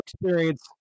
experience